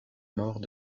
mort